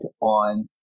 on